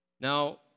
Now